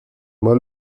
mal